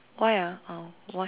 why ah how why